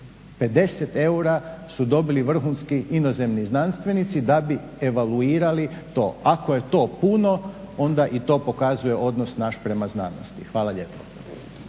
50 eura su dobili vrhunski inozemni znanstvenici da bi evaluirali to. Ako je to puno onda i to pokazuje odnos naš prema znanosti. Hvala lijepa.